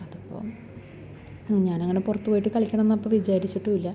അതിപ്പം ഞാൻ അങ്ങനെ പുറത്തു പോയിട്ട് കളിക്കണമെന്ന് അപ്പോൾ വിചാരിച്ചിട്ടും ഇല്ല